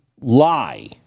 lie